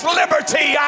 liberty